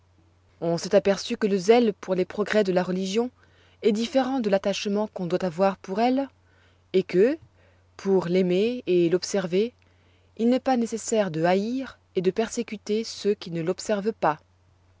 on s'est aperçu que le zèle pour les progrès de la religion est différent de l'attachement qu'on doit avoir pour elle et que pour l'aimer et l'observer il n'est pas nécessaire de haïr et de persécuter ceux qui ne l'observent pas